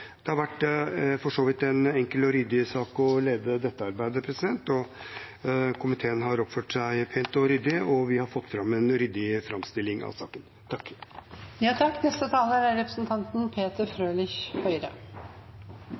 Det har for så vidt vært en enkel og ryddig sak å lede dette arbeidet, og komiteen har oppført seg pent og ryddig, og vi har fått fram en ryddig framstilling av saken. Jeg tror vi skal starte med det vi alle er